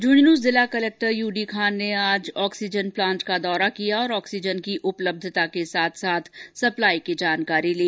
झुंझुनू जिला collector UD Khan ने आज आक्सीजन प्लांट का दौरा किया और ऑक्सीजन की उपलब्धता के साथ साथ सप्लाई की जानकारी ली